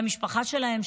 למשפחה שלהם,